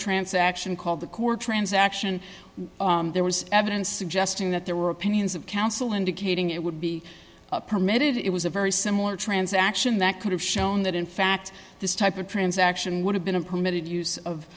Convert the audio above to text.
transaction called the core transaction there was evidence suggesting that there were opinions of counsel indicating it would be permitted it was a very similar transaction that could have shown that in fact this type of transaction would have been permitted use of